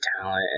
talent